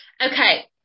okay